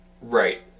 Right